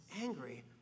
angry